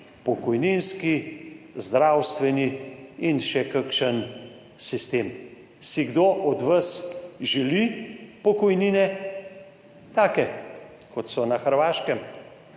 pokojninski, zdravstveni in še kakšen sistem. Si kdo od vas želi take pokojnine, kot so na Hrvaškem,